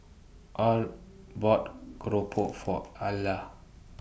Al bought Keropok For Alla